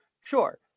sure